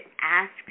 ask